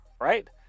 Right